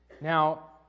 Now